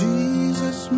Jesus